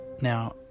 Now